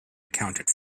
accounted